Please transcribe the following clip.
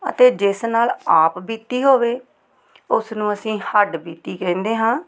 ਅਤੇ ਜਿਸ ਨਾਲ ਆਪ ਬੀਤੀ ਹੋਵੇ ਉਸਨੂੰ ਅਸੀਂ ਹੱਡ ਬੀਤੀ ਕਹਿੰਦੇ ਹਾਂ